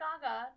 Gaga